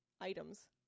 items